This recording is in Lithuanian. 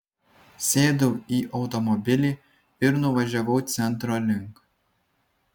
sėdau į automobilį ir nuvažiavau centro link